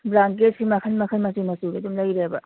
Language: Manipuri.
ꯕ꯭ꯂꯥꯡꯀꯦꯠꯁꯤ ꯃꯈꯟ ꯃꯈꯟ ꯃꯆꯨ ꯃꯆꯨꯗꯤ ꯑꯗꯨꯝ ꯂꯩꯔꯦꯕ